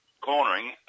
cornering